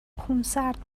خونسرد